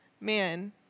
man